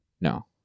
No